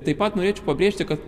taip pat norėčiau pabrėžti kad